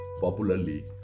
popularly